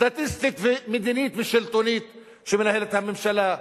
סטטיסטית ומדינית שלטונית שהממשלה מנהלת.